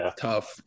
Tough